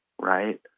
right